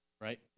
right